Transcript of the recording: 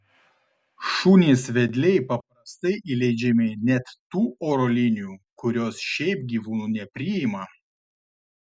šunys vedliai paprastai įleidžiami net tų oro linijų kurios šiaip gyvūnų nepriima